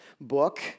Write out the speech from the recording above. book